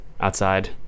outside